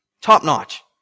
top-notch